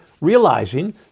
realizing